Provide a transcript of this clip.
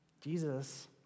Jesus